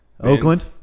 Oakland